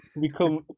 become